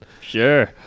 Sure